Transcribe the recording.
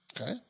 Okay